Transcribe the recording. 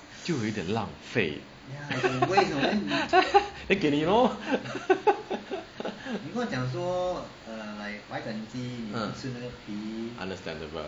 就有点浪费 then 给你 lor ah understandable